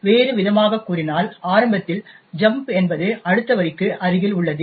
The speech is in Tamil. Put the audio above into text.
எனவே வேறுவிதமாகக் கூறினால் ஆரம்பத்தில் ஜம்ப் என்பது அடுத்த வரிக்கு அருகில் உள்ளது